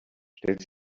stellt